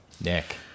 Nick